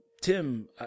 Tim